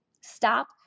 stop